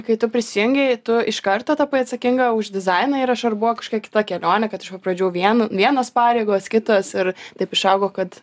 kai tu prisijungei tu iš karto tapai atsakinga už dizainą ir aš ar buvo kažkokia kita kelionė kad iš pat pradžių vien vienos pareigos kitos ir taip išaugo kad